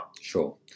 Sure